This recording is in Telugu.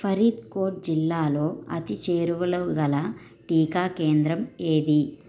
ఫరీద్కోట్ జిల్లాలో అతి చేరువలోగల టీకా కేంద్రం ఏది